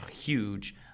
huge